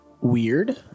Weird